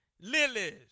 lilies